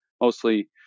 mostly